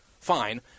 Fine